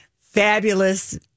fabulous